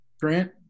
grant